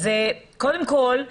קודם כל,